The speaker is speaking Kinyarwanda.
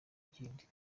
kindi